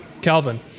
Calvin